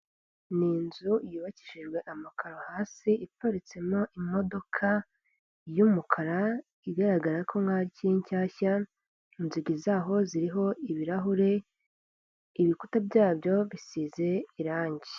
N’ inzu yubakishijwe amakararo hasi iparitsemo imodoka y'umukara igaragara ko nkaho ari nshyashya inzugi zaho ziriho ibirahure, ibikuta byabyo bisize irangi.